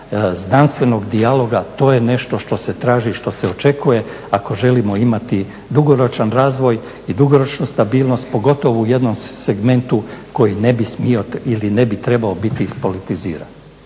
znanstvenog dijaloga, to je nešto što se traži, što se očekuje ako želimo imati dugoročan razvoj i dugoročnu stabilnost pogotovo u jednom segmentu koji ne bi smio ili ne bi trebao biti ispolitiziran.